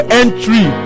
entry